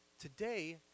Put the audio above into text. Today